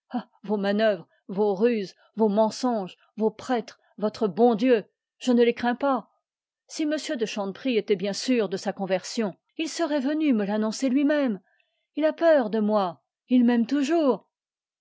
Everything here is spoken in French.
vos manœuvres vos ruses vos mensonges vos prêtres votre bon dieu je ne les crains pas si m de chanteprie était bien sûr de sa conversion il serait venu me l'annoncer lui-même il a peur de moi il m'aime toujours